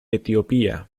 etiopía